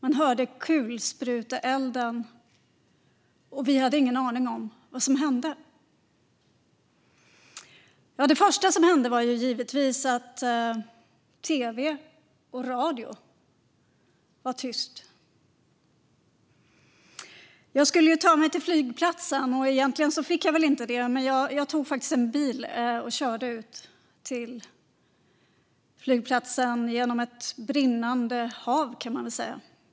Vi hörde kulspruteelden och hade ingen aning om vad som hände. Det första som hände var givetvis att tv och radio blev tysta. Jag skulle ju ta mig till flygplatsen. Egentligen fick jag väl inte det, men jag tog faktiskt en bil och körde ut till flygplatsen genom ett brinnande hav, kan man väl säga.